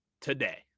today